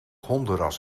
hondenras